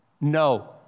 No